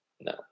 No